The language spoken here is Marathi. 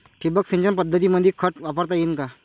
ठिबक सिंचन पद्धतीमंदी खत वापरता येईन का?